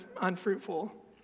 unfruitful